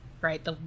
right